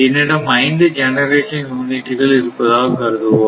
என்னிடம் 5 ஜெனரேஷன் யூனிட்டுகள் இருப்பதாகக் கருதுவோம்